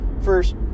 First